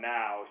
now